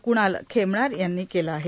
कुणाल खेमणार यांनी केलं आहे